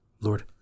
Lord